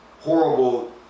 horrible